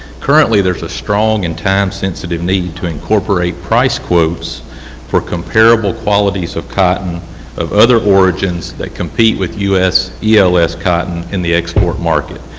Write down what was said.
currently there is a strong and time sensitive need to incorporate price quotes for comparable qualities of cotton of other origins that compete with u s. yeah els cotton in the export market.